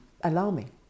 alarming